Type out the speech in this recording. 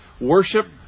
worship